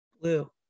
Blue